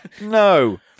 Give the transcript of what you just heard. No